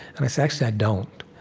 and i said, actually, i don't.